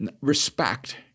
respect